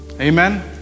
Amen